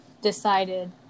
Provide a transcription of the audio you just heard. Decided